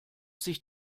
sich